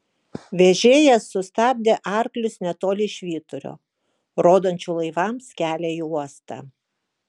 vežėjas sustabdė arklius netoli švyturio rodančio laivams kelią į uostą